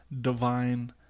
divine